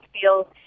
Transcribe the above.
feel